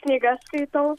knygas skaitau